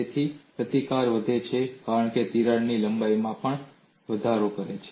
તેથી પ્રતિકાર વધે છે કારણ કે તિરાડ લંબાઈમાં પણ વધે છે